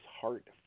heart